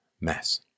mess